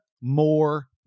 more